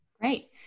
Great